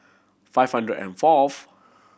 five hundred and fourth